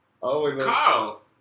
Carl